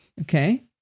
Okay